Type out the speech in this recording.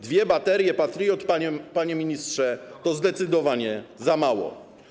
Dwie baterie Patriot, panie ministrze, to zdecydowanie za mało.